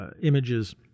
images